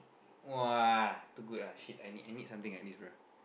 !wah! too good ah shit I need I need something like bruh